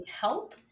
help